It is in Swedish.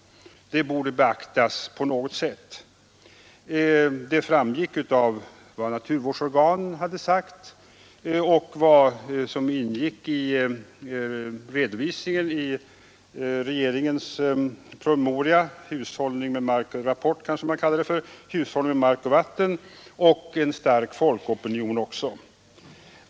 Det borde beaktas på något sätt. Det har framgått av vad naturvårdsorganen sagt, av redovisningen i regeringens rapport Hushållning med mark och vatten samt även av en stark folkopinion.